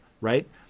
right